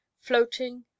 floating